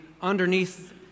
underneath